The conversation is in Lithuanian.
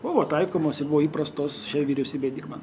buvo taikomos ir buvo įprastos šiai vyriausybei dirban